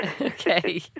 Okay